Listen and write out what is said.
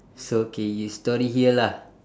it's okay you story here lah